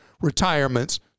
retirements